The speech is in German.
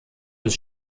des